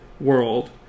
world